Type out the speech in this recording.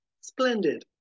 Splendid